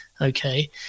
okay